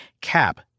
Cap